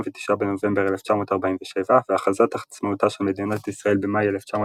בנובמבר 1947 והכרזת עצמאותה של מדינת ישראל במאי 1948,